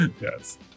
Yes